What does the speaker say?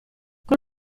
col